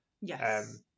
Yes